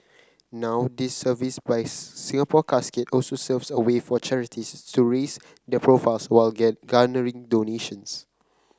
now this service by Singapore Casket also serves as a way for charities to raise their profiles while garnering donations